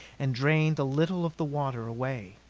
and drained a little of the water away.